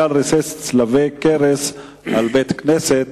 אזולאי: חייל ריסס צלבי קרס על בית-כנסת.